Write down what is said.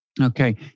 Okay